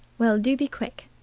well, do be quick.